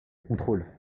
contrôle